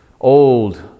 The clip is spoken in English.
old